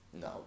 No